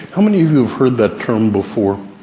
how many of you have heard that term before?